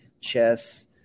Chess